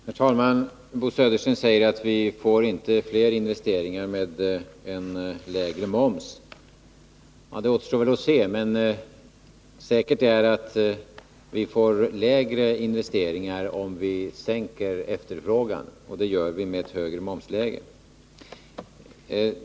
Herr talman! Bo Södersten säger att vi inte får större investeringar med en lägre moms. Det återstår väl att se. Men säkert är att vi får lägre investeringar om vi sänker efterfrågan, och det gör vi med ett högre momsläge.